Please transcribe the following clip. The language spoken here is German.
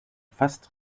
fast